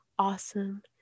awesome